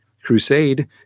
Crusade